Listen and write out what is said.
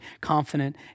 confident